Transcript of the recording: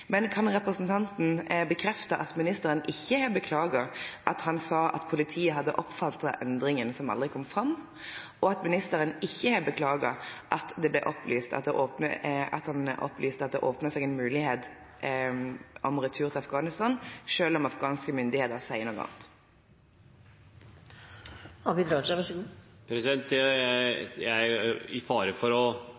Men kan representanten bekrefte at ministeren ikke har beklaget at han sa at politiet hadde oppfattet endringen, som aldri kom fram, og at ministeren ikke har beklaget at han opplyste at det åpnet seg en mulighet for retur til Afghanistan, selv om afghanske myndigheter sier noe annet? Med fare for å ha gått glipp av alle beklagelsene statsråden har kommet med, har jeg ikke en tallmessig oversikt over det. Men jeg